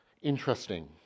interesting